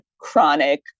chronic